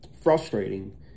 frustrating